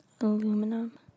Aluminum